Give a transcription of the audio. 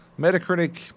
Metacritic